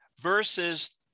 versus